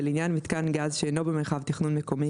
ולעניין מיתקן גז שאינו במרחב תכנון מקומי